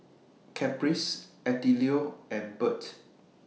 Caprice Attilio and Bert